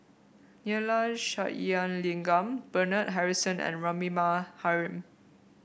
Neila Sathyalingam Bernard Harrison and Rahimah Rahim